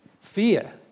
Fear